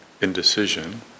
indecision